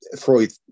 Freud